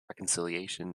reconciliation